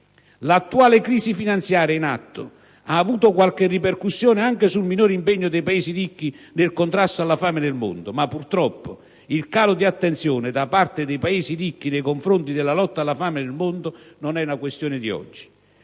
L'attuale crisi finanziaria in atto ha avuto qualche ripercussione anche sul minore impegno dei Paesi ricchi nel contrasto alla fame nel mondo, ma purtroppo il calo di attenzione da parte dei Paesi ricchi nei confronti della lotta alla fame nel mondo non è una questione di oggi.